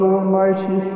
Almighty